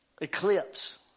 eclipse